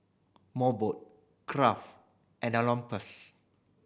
Mobot Kraft and